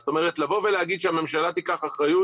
זאת אומרת, לבוא ולהגיד שהממשלה תיקח אחריות,